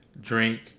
drink